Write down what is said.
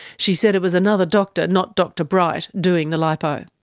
she said it was another doctor, not dr bright, doing the lipo.